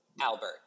Albert